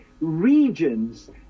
regions